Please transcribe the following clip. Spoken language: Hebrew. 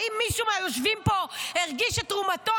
האם מישהו מהיושבים פה הרגיש את תרומתו